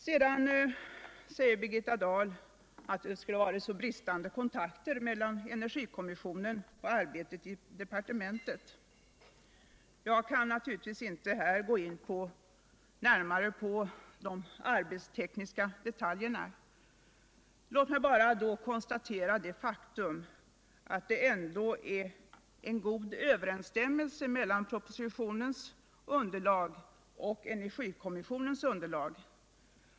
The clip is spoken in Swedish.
Sedan påstod Birgitta Dahl att det skulle vara bristande kontakt mellan energikommissionen och departementet. Jag kan naturligtvis inte här närmare gå in på de arbetstekniska detaljerna, men låt mig bara konstatera det faktum att det är en god överensstämmelse mellan propositionens underlag och energikommissionens underlag.